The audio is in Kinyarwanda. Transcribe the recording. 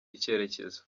icyerekezo